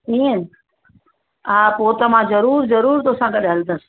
ईअं हा पोइ त मां जरूर जरूर तोसां गॾ हलंदसि